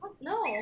No